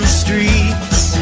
streets